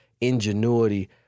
ingenuity